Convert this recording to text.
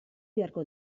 beharko